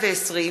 120)